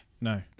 no